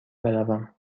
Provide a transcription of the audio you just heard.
بروم